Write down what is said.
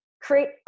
create